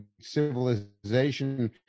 civilization